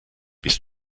bist